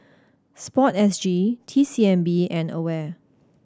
Sport S G T C M B and AWARE